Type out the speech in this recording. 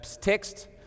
text